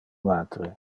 matre